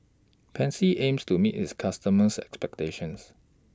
Pansy aims to meet its customers' expectations